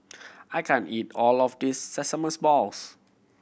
I can't eat all of this sesames balls